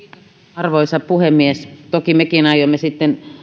arvoisa puhemies toki mekin aiomme sitten